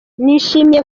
nishimiye